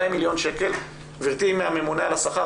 גברתי מהממונה על השכר,